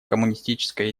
коммунистической